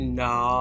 no